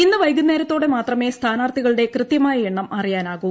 ഇന്ന് വൈകുന്നേരത്തോടെ മാത്രമേ സ്ഥാനാർത്ഥികളുടെ കൃത്യമായ എണ്ണം അറിയാനാകു